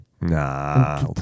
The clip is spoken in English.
Nah